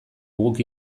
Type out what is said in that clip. guk